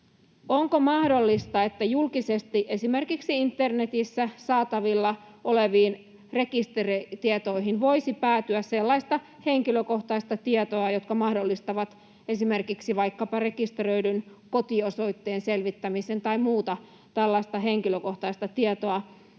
onko mahdollista, että julkisesti esimerkiksi internetissä saatavilla oleviin rekisteritietoihin voisi päätyä sellaista henkilökohtaista tietoa, joka mahdollistaa esimerkiksi vaikkapa rekisteröidyn kotiosoitteen selvittämisen tai muuta tällaista henkilökohtaista tietoa?